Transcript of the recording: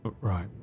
Right